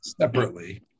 separately